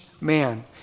man